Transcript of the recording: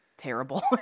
terrible